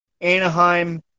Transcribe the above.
Anaheim